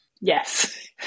yes